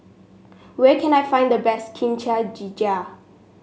where can I find the best Kimchi Jjigae